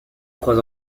croise